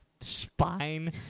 spine